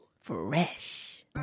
Fresh